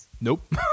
Nope